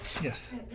Yes